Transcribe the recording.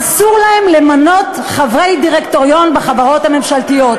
אסור להם למנות חברי דירקטוריון בחברות הממשלתיות,